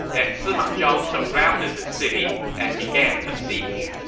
and sima zhao surrounded the city and began a siege